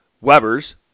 Webers